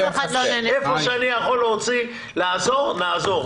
איפה שאני יכול לעזור, נעזור.